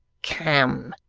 come,